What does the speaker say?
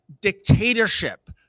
dictatorship